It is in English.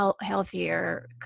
healthier